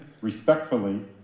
respectfully